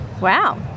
Wow